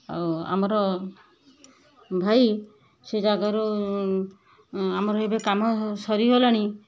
ଆଉ ଆମର ଭାଇ ସେ ଜାଗାରୁ ଆମର ଏବେ କାମ ସରି ଗଲାଣି